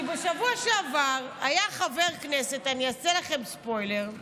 כי בשבוע שעבר היה חבר כנסת, אני אעשה לכם ספוילר,